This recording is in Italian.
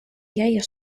ghiaia